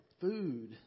food